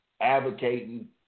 advocating